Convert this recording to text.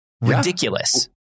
ridiculous